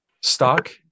stock